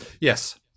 Yes